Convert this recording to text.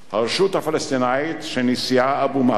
הרשות הפלסטינית, שנשיאה אבו מאזן